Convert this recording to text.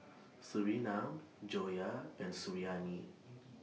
Surinam Joyah and Suriani